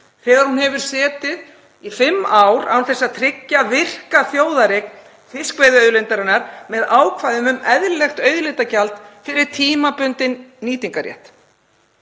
þegar hún hefur setið í fimm ár án þess að tryggja virka þjóðareign fiskveiðiauðlindarinnar með ákvæðum um eðlilegt auðlindagjald fyrir tímabundinn nýtingarrétt?